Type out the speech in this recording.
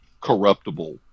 corruptible